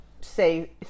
say